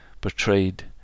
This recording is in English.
portrayed